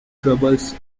troubles